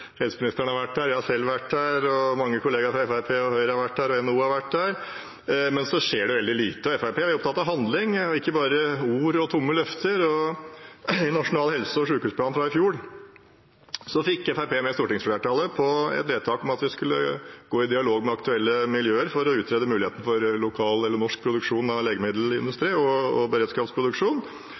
har vært der, jeg har selv vært der, mange kollegaer fra Fremskrittspartiet og Høyre har vært der, og NHO har vært der, men så skjer det veldig lite. Fremskrittspartiet er opptatt av handling og ikke bare ord og tomme løfter. I nasjonal helse- og sykehusplan fra i fjor fikk Fremskrittspartiet stortingsflertallet med på et vedtak om at vi skulle gå i dialog med aktuelle miljøer for å utrede muligheten for lokal eller norsk produksjon av legemidler og beredskapsproduksjon,